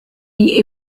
die